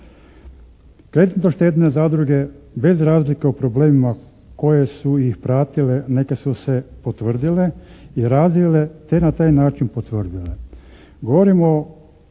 Kreditno-štedne zadruge bez razlike u problemima koje su ih pratile, neke su se potvrdile i radile te na taj način potvrdile.